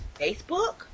Facebook